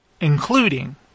including